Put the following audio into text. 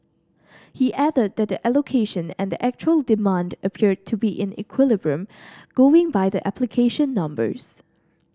he added that the allocation and the actual demand appeared to be in equilibrium going by the application numbers